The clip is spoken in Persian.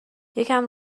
یکم